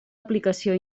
aplicació